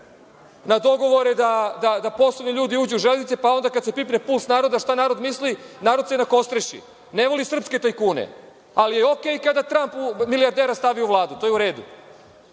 na dogovore da poslovni ljudi uđu u Železnice, pa onda kad se pipne puls naroda, šta narod misli, narod se nakostreši, ne voli srpske tajkune, ali je okej kada Tramp milijardera stavi u Vladu, to je u redu,